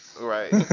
Right